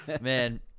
Man